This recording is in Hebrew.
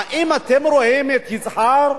האם אתם רואים את יצהר,